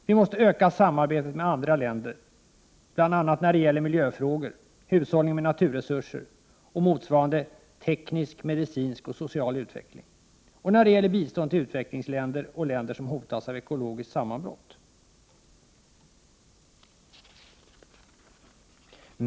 Vi måste öka samarbetet med andra länder, bl.a. när det gäller miljöfrågor, hushållning med naturresurser och motsvarande teknisk, medicinsk och social utveckling samt när det gäller bistånd till utvecklingsländer och länder som hotas av ekologiskt sammanbrott.